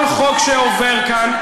כל חוק שעובר כאן,